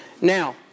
Now